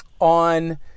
on